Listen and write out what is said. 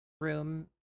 room